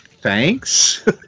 thanks